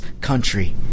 country